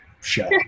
show